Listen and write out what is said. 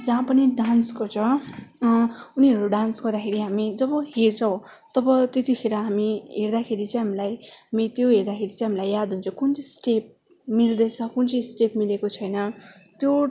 जहाँ पनि डान्स गर्छ उनीहरू डान्स गर्दाखेरि हामी जब हेर्छौँ तब त्यतिखेर हामी हेर्दाखेरि चाहिँ हामीलाई त्यो हेर्दाखेरि चाहिँ हामीलाई याद हुन्छ कुन चाहिँ स्टेप मिल्दैछ कुन चाहिँ स्टेप मिलेको छैन त्यो